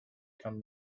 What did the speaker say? come